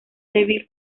david